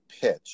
pitch